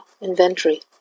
inventory